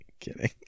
Kidding